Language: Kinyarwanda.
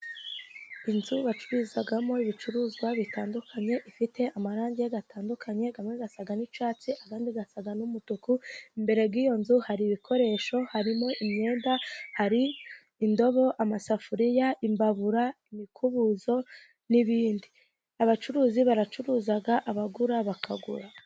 Inzu bacururizamo ibicuruzwa bitandukanye, ifite amarangi atandukanye amwe asa n'icyatsi, andi asa n'umutuku. Imbere y'iyo nzu hari ibikoresho harimo: imyenda, hari indobo, amasafuriya, imbabura, imikubuzo, n'ibindi. Abacuruzi baracuruza abagura bakagura.